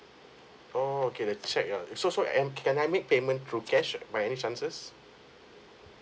oh okay the cheque ah so so and can I make payment through cash by any chances